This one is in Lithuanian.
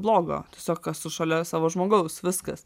blogo tiesiog esu šalia savo žmogaus viskas